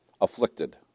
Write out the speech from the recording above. afflicted